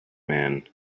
man